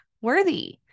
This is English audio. worthy